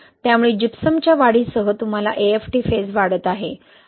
त्यामुळे जिप्समच्या वाढीसह तुम्हाला AFT फेज वाढत आहे